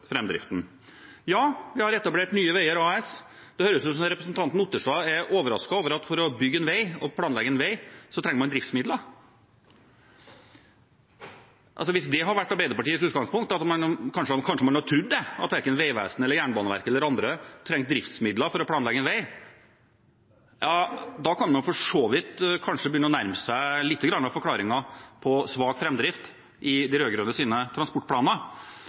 Ja, vi har etablert Nye Veier AS. Det høres ut som om representanten Otterstad er overrasket over at man for å bygge og planlegge en vei trenger driftsmidler. Hvis det har vært Arbeiderpartiets utgangspunkt, at man kanskje har trodd at hverken Vegvesenet, Jernbaneverket eller andre trenger driftsmidler for å planlegge en vei, kan man begynne å nærme seg lite grann av forklaringen på svak framdrift i de rød-grønnes transportplaner.